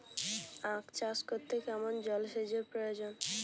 আখ চাষ করতে কেমন জলসেচের প্রয়োজন?